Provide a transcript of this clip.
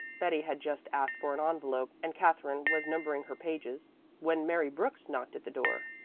betty had just asked for an envelope and katherine was numbering her pages when mary brooks knocked at the door.